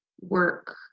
work